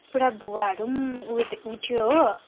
भुवाहरू पनि उ उठ्यो हो